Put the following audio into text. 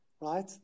Right